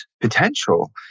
potential